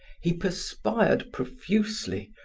he perspired profusely.